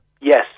Yes